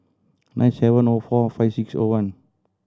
nine seven O four five six O one